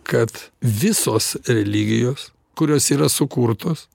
kad visos religijos kurios yra sukurtos